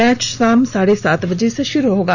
match शाम साढे सात बजे से शुरू होगा